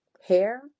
hair